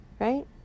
Right